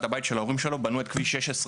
הבית של ההורים שלו בנו את כביש 16,